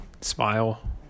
smile